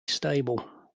stable